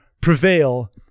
prevail